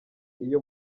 iyo